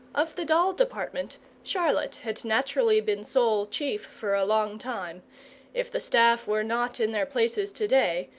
of the doll-department charlotte had naturally been sole chief for a long time if the staff were not in their places to-day,